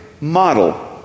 model